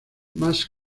más